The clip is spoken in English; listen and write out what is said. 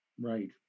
Right